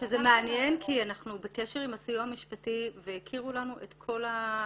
שזה מעניין כי אנחנו בקשר עם הסיוע ה משפטי והכירו לנו את כל ה,